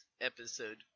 episode